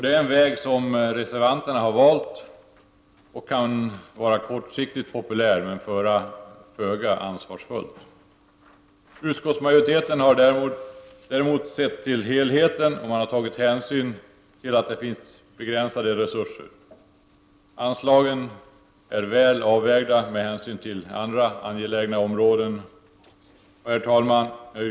Det är den väg som reservanterna har valt, och det kan vara kortsiktigt populärt men är föga ansvarsfullt. Utskottsmajoriteten har däremot sett till helheten och tagit hänsyn till att det finns begränsade resurser. Anslagen är väl avvägda med hänsyn till andra angelägna områden. Herr talman!